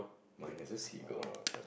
mine has a seagull